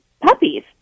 puppies